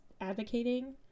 advocating